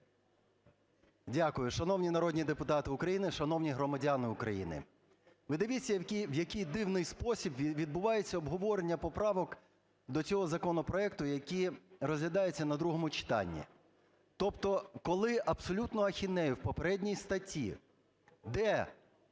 Дякую. Шановні народні депутати України, шановні громадяни України, ви дивіться, в який дивний спосіб відбувається обговорення поправок до цього законопроекту, які розглядаються на другому читанні. Тобто коли абсолютну ахінею в попередній статті, де